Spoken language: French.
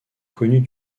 connues